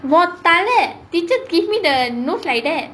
உன் தலை:un thalai teacher give me the notes like that